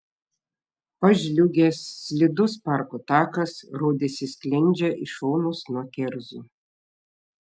pažliugęs slidus parko takas rodėsi sklendžia į šonus nuo kerzų